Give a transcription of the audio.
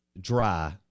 dry